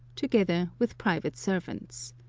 together with private servants.